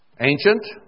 Ancient